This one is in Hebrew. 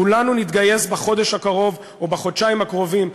כולנו נתגייס בחודש הקרוב או בחודשיים הקרובים,